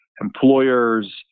employers